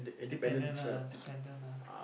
dependent ah dependant ah